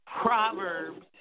Proverbs